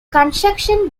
construction